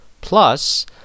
Plus